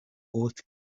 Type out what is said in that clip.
old